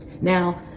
Now